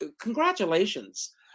Congratulations